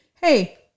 hey